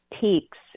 peaks